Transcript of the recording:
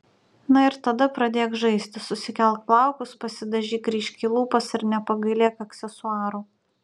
na ir tada pradėk žaisti susikelk plaukus pasidažyk ryškiai lūpas ir nepagailėk aksesuarų